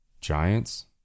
Giants